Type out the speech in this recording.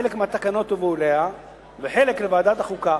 חלק מהתקנות הובאו אליה וחלק לוועדת החוקה.